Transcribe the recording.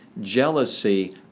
jealousy